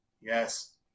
yes